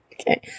Okay